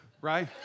right